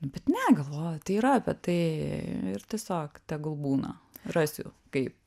bet ne galvoju tai yra apie tai ir tiesiog tegul būna rasiu kaip